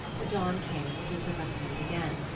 the dawn came and he took up the meat again.